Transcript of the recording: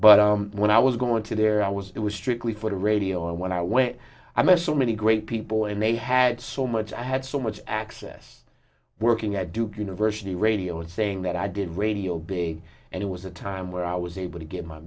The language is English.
but when i was going to there i was it was strictly for the radio and when i went i met so many great people and they had so much i had so much access working at duke university radio and saying that i did radio big and it was a time where i was able to get my